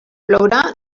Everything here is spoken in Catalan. plourà